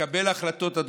לקבל החלטות מושכלות,